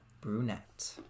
brunette